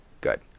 Good